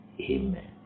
Amen